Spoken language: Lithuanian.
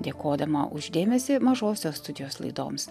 dėkodama už dėmesį mažosios studijos laidoms